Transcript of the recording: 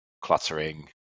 cluttering